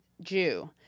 Jew